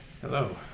Hello